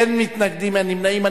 אין מתנגדים, אין נמנעים.